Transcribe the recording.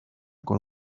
con